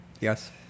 Yes